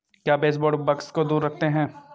क्या baseboard bugs को दूर रखते हैं?